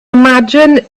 imagine